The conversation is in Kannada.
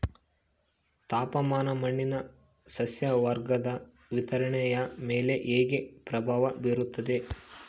ತಾಪಮಾನ ಮಣ್ಣಿನ ಸಸ್ಯವರ್ಗದ ವಿತರಣೆಯ ಮೇಲೆ ಹೇಗೆ ಪ್ರಭಾವ ಬೇರುತ್ತದೆ?